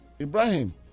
Ibrahim